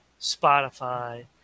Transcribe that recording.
Spotify